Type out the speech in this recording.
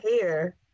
hair